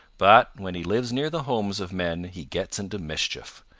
but when he lives near the homes of men he gets into mischief,